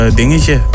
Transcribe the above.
dingetje